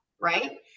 right